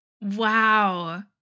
Wow